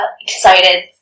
excited